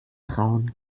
trauen